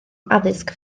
addysg